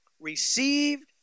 received